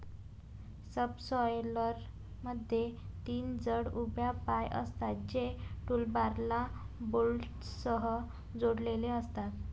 सबसॉयलरमध्ये तीन जड उभ्या पाय असतात, जे टूलबारला बोल्टसह जोडलेले असतात